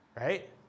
right